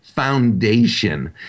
foundation